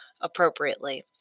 appropriately